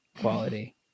quality